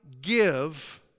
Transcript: give